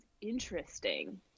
interesting